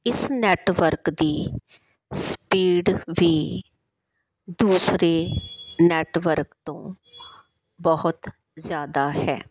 ਇਸ ਨੈੱਟਵਰਕ ਦੀ ਸਪੀਡ ਵੀ ਦੂਸਰੇ ਨੈੱਟਵਰਕ ਤੋਂ ਬਹੁਤ ਜ਼ਿਆਦਾ ਹੈ